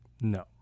No